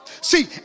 see